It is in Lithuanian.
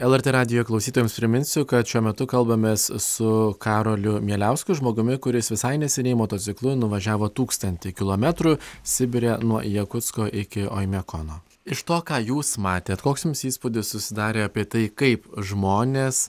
lrt radijo klausytojams priminsiu kad šiuo metu kalbamės su karoliu mieliausku žmogumi kuris visai neseniai motociklu nuvažiavo tūkstantį kilometrų sibire nuo jakutsko iki oimiakono iš to ką jūs matėt koks jums įspūdis susidarė apie tai kaip žmonės